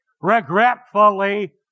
regretfully